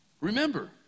Remember